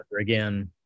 again